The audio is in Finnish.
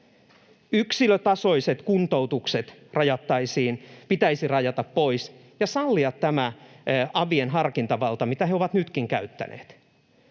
Yksilötasoiset kuntoutukset pitäisi rajata pois ja sallia tämä avien harkintavalta, mitä he ovat nytkin käyttäneet.